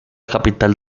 capital